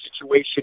situation